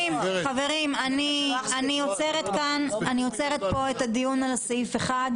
חברים, אני עוצרת כאן את הדיון על סעיף (1).